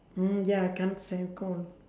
mm ya can't stand cold